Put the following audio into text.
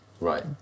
Right